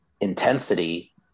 intensity